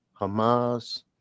Hamas